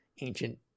ancient